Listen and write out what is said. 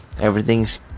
everything's